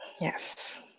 Yes